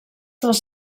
dels